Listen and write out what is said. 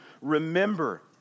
remember